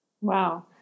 Wow